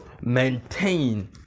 maintain